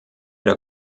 der